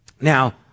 Now